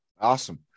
Awesome